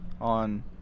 on